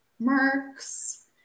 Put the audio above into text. marks